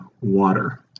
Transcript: water